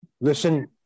listen